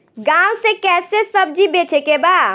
गांव से कैसे सब्जी बेचे के बा?